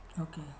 Okay